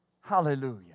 Hallelujah